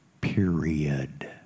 Period